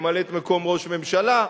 ממלאת-מקום ראש הממשלה,